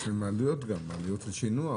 יש גם עלויות שינוע.